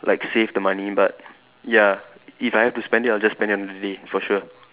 like save the money but ya if I have to spend it I just spend it on the day for sure